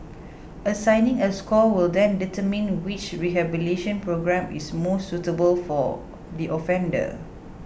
assigning a score will then determine which rehabilitation programme is most suitable for the offender